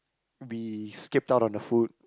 we skip out on the food